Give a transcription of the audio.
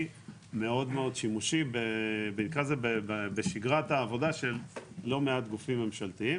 מאוד מאוד שימושי בשגרת העבודה של לא מעט גופים ממשלתיים.